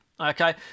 Okay